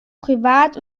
privat